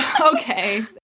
okay